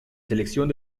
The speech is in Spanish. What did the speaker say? selección